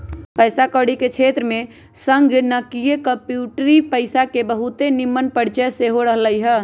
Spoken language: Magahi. पइसा कौरी के क्षेत्र में संगणकीय कंप्यूटरी पइसा के बहुते निम्मन परिचय सेहो रहलइ ह